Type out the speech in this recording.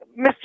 Mr